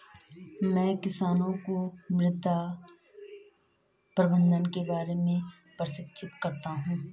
मैं किसानों को मृदा प्रबंधन के बारे में प्रशिक्षित करता हूँ